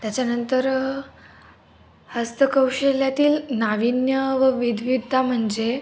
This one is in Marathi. त्याच्यानंतर हस्तकौशल्यातील नाविन्य व विधविदता म्हणजे